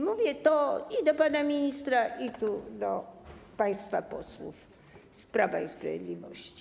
Mówię to i do pana ministra, i do państwa posłów z Prawa i Sprawiedliwości.